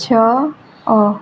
ଛଅ